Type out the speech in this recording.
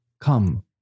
Come